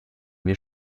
mir